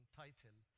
title